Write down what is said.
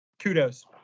kudos